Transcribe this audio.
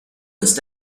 ist